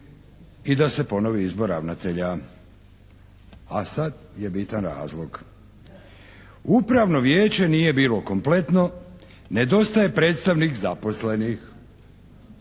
i da se ponovi izbor ravnatelja, a sad je bitan razlog. Upravno vijeće nije bilo kompletno, nedostaje predstavnik zaposlenih